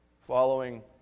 following